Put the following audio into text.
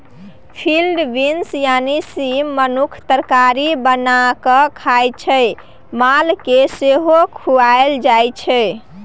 field beans यानी सीम मनुख तरकारी बना कए खाइ छै मालकेँ सेहो खुआएल जाइ छै